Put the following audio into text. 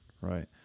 right